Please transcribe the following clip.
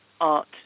art